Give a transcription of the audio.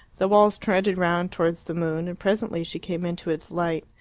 the walls trended round towards the moon and presently she came into its light,